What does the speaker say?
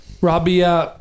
Robbie